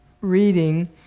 reading